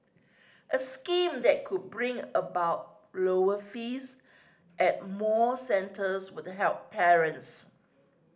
a scheme that could bring about lower fees at more centres would help parents